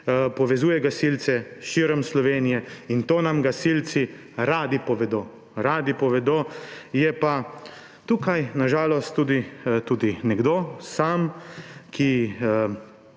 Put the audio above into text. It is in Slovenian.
povezuje gasilce širom Slovenije. In to nam gasilci radi povedo. Radi povedo. Je pa tukaj na žalost tudi nekdo, sam, ki